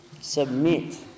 submit